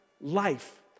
life